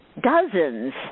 dozens